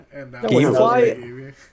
Gamefly